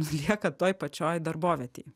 lieka toj pačioj darbovietėj